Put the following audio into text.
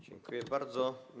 Dziękuję bardzo.